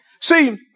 See